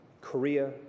Korea